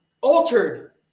altered